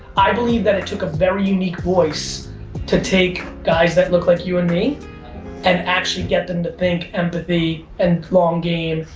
i believe that it took a very unique voice to take guys that look like you and me and actually get them to think empathy, and long game,